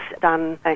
done